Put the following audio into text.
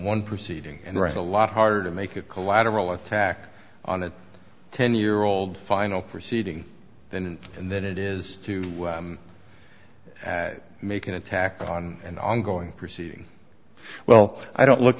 one proceeding and read a lot harder to make a collateral attack on a ten year old final proceeding than in that it is to make an attack on an ongoing proceeding well i don't look